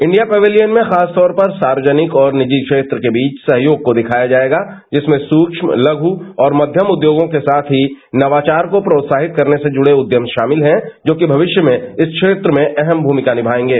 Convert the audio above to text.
India pavilion में खास तौर पर सार्वजनिक और निजी क्षेत्र के बीच सहयोग को दिखाया जायेगा जिसमें सूक्ष्म लघु और मक्यम उद्योगों के साथ ही नवाचार को प्रोत्याहित करने से जुड़े उद्यम सामित हैं जो कि मविष्य में इस क्षेत्र में अहम भूमिका निमायेंगे